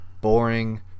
boring